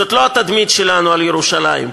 זאת לא התדמית שלנו על ירושלים,